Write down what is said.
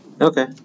okay